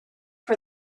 for